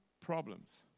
problems